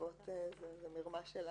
שזאת מרמה של החשוד.